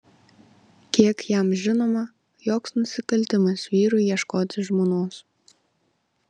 kiek jam žinoma joks nusikaltimas vyrui ieškoti žmonos